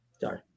Sorry